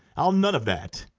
i'll none of that.